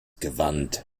gewand